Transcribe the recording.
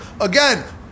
Again